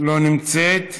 לא נמצאת.